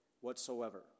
whatsoever